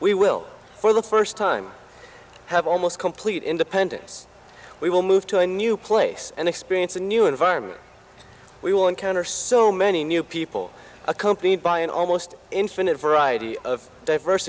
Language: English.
will for the first time have almost complete independence we will move to a new place and experience a new environment we will encounter so many new people accompanied by an almost infinite variety of diverse